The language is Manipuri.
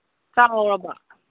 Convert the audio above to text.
ꯆꯥꯎꯔꯕꯣ